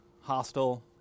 hostile